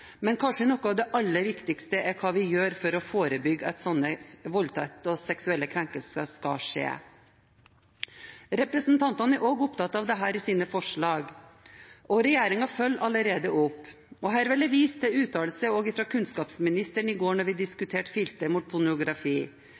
men kanskje noe av det aller viktigste er hva vi gjør for å forebygge at slike voldtekter og seksuelle krenkelser skjer. Representantene er også opptatt av dette i sine forslag, og regjeringen følger allerede opp. Her vil jeg vise til uttalelser fra kunnskapsministeren i går da vi diskuterte filter mot pornografi.